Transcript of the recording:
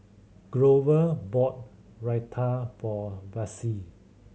Glover bought Raita for Vassie